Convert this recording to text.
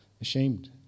ashamed